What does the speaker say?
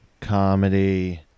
comedy